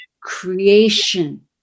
creation